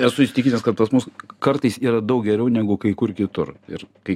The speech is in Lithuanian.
esu įsitikinęs kad pas mus kartais yra daug geriau negu kai kur kitur ir kai